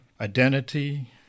identity